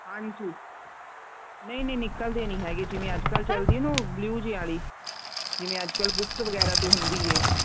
ਹਾਂਜੀ ਨਹੀਂ ਨਹੀਂ ਨਿਕਲਦੇ ਨੀ ਹੈਗੇ ਜਿਵੇਂ ਅੱਜ ਕੱਲ ਚੱਲਦੀ ਹੈ ਨਾ ਉਹ ਬਲਿਊ ਜੀ ਆਲੀ ਜਿਵੇਂ ਅੱਜ ਕੱਲ ਬੁੱਕਸ ਵਗੈਰਾ ਤੇ ਹੁੰਦੀ ਐ